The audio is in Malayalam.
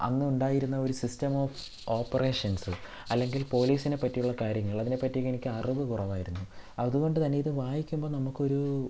അന്ന് ഉണ്ടായിരുന്ന ഒരു സിസ്റ്റം ഓഫ് ഓപ്പറേഷൻസ് അല്ലെങ്കിൽ പോലീസിനെ പറ്റിയുള്ള കാര്യങ്ങൾ അതിനെ പറ്റി ഒക്കെ എനിക്ക് അറിവ് കുറവായിരുന്നു അതുകൊണ്ടുതന്നെ ഇത് വായിക്കുമ്പോൾ നമുക്കൊരു